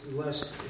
less